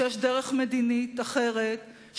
שיש דרך מדינית אחרת,